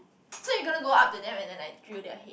so you gonna go up to them and then like drill their head